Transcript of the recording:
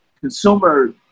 consumer